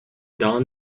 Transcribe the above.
dawn